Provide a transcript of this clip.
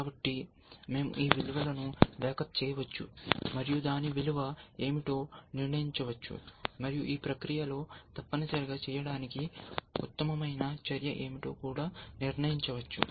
కాబట్టి మేము ఈ విలువలను బ్యాకప్ చేయవచ్చు మరియు దాని విలువ ఏమిటో నిర్ణయించవచ్చు మరియు ఈ ప్రక్రియలో తప్పనిసరిగా చేయడానికి ఉత్తమమైన చర్య ఏమిటో కూడా నిర్ణయించవచ్చు